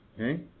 Okay